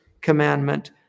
commandment